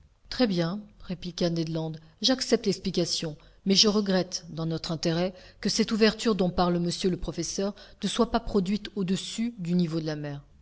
très bien répliqua ned land j'accepte l'explication mais je regrette dans notre intérêt que cette ouverture dont parle monsieur le professeur ne soit pas produite au-dessus du niveau de la mer